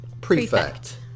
Prefect